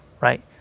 right